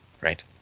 right